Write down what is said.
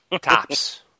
Tops